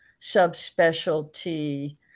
subspecialty